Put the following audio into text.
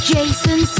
Jason